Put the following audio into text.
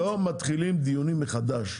אמרתי, לא מתחילים דיונים מחדש.